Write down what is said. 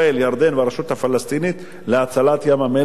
ירדן והרשות הפלסטינית להצלת ים-המלח.